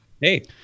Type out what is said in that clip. Hey